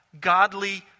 godly